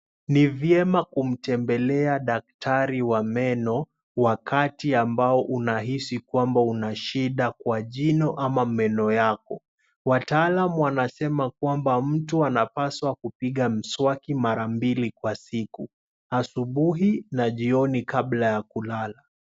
Ni vyema kumtembelea daktari wa meno wakati ambao unahisi kwamba una shida kwa jino ama meno yako. Wataalamu wanasema kwamba mtu anapaswa kupiga mswaki mara mbili kwa siku, asubuhi na jioni kabla ya kulala.